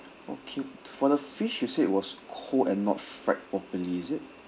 okay for the fish you said was cold and not fried properly is it